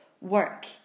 work